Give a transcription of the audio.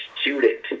student